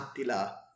Attila